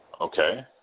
Okay